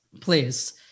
Please